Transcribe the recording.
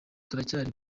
turacyari